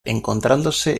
encontrándose